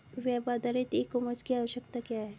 Web आधारित e commerce की आवश्यकता क्या है?